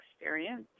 experience